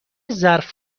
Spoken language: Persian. ظرف